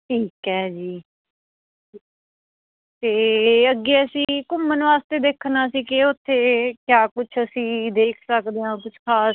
ਠੀਕ ਹੈ ਜੀ ਅਤੇ ਅੱਗੇ ਅਸੀਂ ਘੁੰਮਣ ਵਾਸਤੇ ਦੇਖਣਾ ਸੀ ਕਿ ਉੱਥੇ ਕਿਆ ਕੁਛ ਅਸੀਂ ਦੇਖ ਸਕਦੇ ਹਾਂ ਕੁਛ ਖ਼ਾਸ